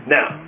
Now